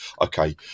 okay